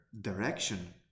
direction